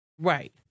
Right